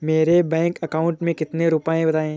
मेरे bank account में कितने रुपए हैं बताएँ?